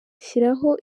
shyiraho